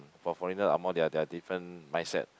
for foreigner Angmoh they're they're different mindset